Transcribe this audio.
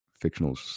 fictional